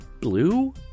blue